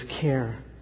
care